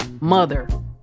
mother